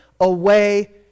away